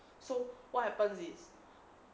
so what happened is